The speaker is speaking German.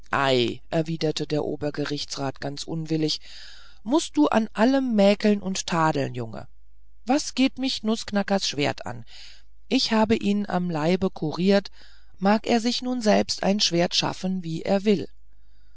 erwiderte der obergerichtsrat ganz unwillig du mußt an allem mäkeln und tadeln junge was geht mich nußknackers schwert an ich habe ihn am leibe kuriert mag er sich nun selbst ein schwert schaffen wie er will